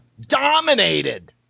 dominated